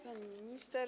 Pani Minister!